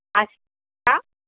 अष्ट